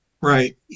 Right